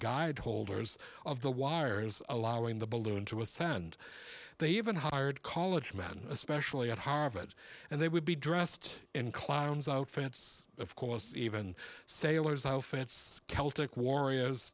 guide holders of the wires allowing the balloon to ascend they even hired college men especially at harvard and they would be dressed in clowns outfits of course even sailors outfits celtic warriors